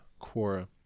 Quora